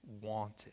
wanted